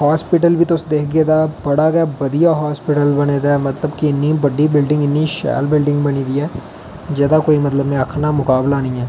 hospital बी तुस दिखगे तां बड़ा गै बधिया हास्पिटल बने दै इन्नी बड्डी बिल्डिंग इन्नी शैल बिल्डिंग बनी दी ऐ जेहदा कोई मतलब में आखना मकाबला नेईं ऐ